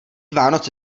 vánoce